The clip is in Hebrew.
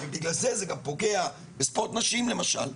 בגלל זה זה גם פוגע בספורט נשים למשל.